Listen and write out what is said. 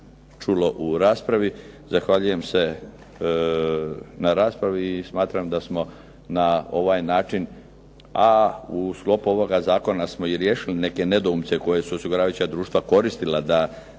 u sklopu ovoga zakona smo i riješili neke nedoumice koje su osiguravajuća društva koristila da